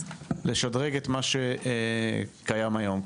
ולשדרג את מה שקיים היום,